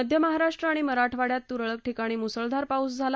मध्य महाराष्ट्र आणि मराठवाङ्यात तुरळक ठिकाणी मुसळधार पाऊस पडला